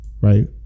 Right